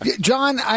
John